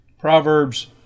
Proverbs